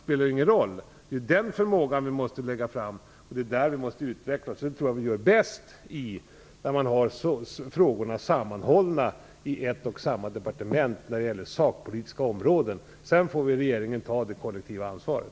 Det är den förmågan vi måste lägga fram, och det är den som måste utvecklas. Jag tror att vi gör det bäst genom att ha frågorna sammanhållna i ett och samma departement när det gäller sakpolitiska områden. Sedan får regeringen ta det kollektiva ansvaret.